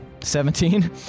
Seventeen